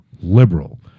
liberal